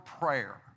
prayer